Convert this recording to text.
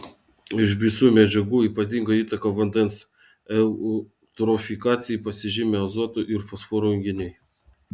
iš visų medžiagų ypatinga įtaka vandens eutrofikacijai pasižymi azoto ir fosforo junginiai